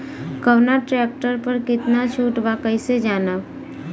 कवना ट्रेक्टर पर कितना छूट बा कैसे जानब?